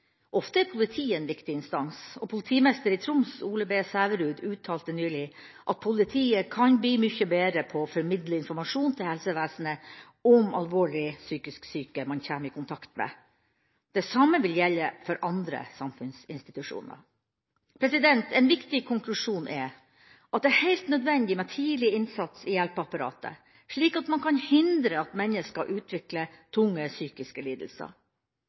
Ofte er politiet en viktig instans, og politimesteren i Troms, Ole B. Sæverud, uttalte nylig at politiet kan bli mye bedre på å formidle informasjon til helsevesenet om alvorlig psykisk syke man kommer i kontakt med. Det samme vil gjelde for andre samfunnsinstitusjoner. En viktig konklusjon er at det er helt nødvendig med tidlig innsats i hjelpeapparatet, slik at man kan hindre at mennesker utvikler tunge psykiske lidelser.